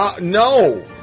No